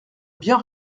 bien